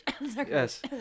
yes